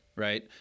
Right